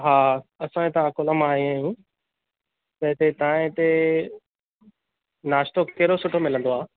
हा असां हितां अकोला मां आया आहियूं त हिते तव्हां हिते नाश्तो कहिड़ो सुठो मिलंदो आहे